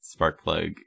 Sparkplug